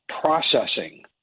processing